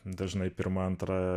dažnai pirma antra